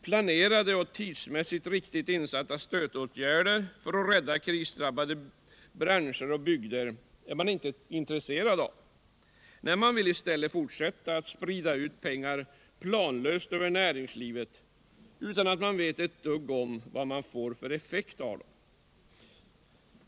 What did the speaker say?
Planerade och tidsmässigt riktigt insatta stödåtgärder för att rädda krisdrabbade branscher och bygder är man inte intresserad av. Nej, man vill i stället fortsätta att planlöst sprida ut pengar över näringslivet utan att veta ett dugg om vilka effekter man får ut.